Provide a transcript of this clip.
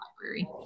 library